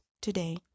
today